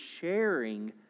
sharing